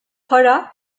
para